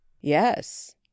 yes